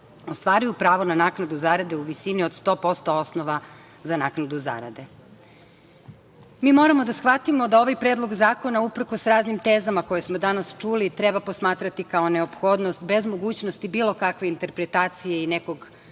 ostvaruju pravo na naknadu zarade u visini od 100% osnova za naknadu zarade. Moramo da shvatimo da ovaj Predlog zakona uprkos raznim tezama, koje smo danas čuli, treba posmatrati kao neophodnost bez mogućnosti bilo kakve interpretacije nekog